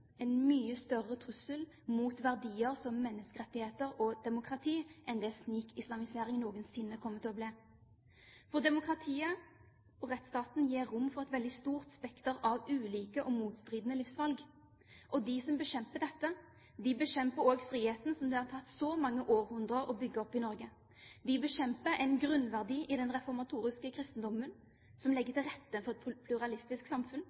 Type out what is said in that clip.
en mye større trussel mot verdier som menneskerettigheter og demokrati enn det snikislamisering noensinne kommer til å bli. For demokratiet og rettsstaten gir rom for et veldig stort spekter av ulike og motstridende livsvalg. De som bekjemper dette, bekjemper også friheten, som det har tatt så mange århundrer å bygge opp i Norge. De bekjemper en grunnverdi i den reformatoriske kristendommen som legger til rette for et pluralistisk samfunn,